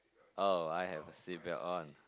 oh I have a seatbelt on